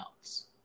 else